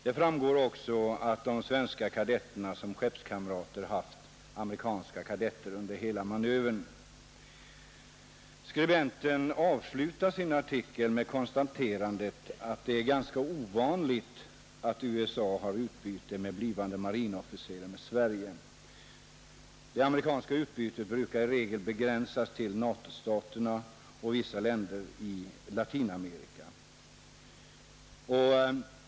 Det framgår också att de svenska kadetterna som skeppskamrater haft amerikanska kadetter under hela manövern. Skribenten avslutar sin artikel med konstaterandet att det är ganska ovanligt att USA har utbyte av blivande marinofficerare med Sverige. Det amerikanska utbytet brukar i regel begränsas till NATO-staterna och vissa länder i Latinamerika.